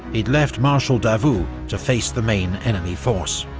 he'd left marshal davout to face the main enemy force.